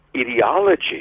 ideology